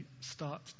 start